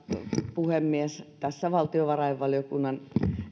puhemies tässä valtiovarainvaliokunnan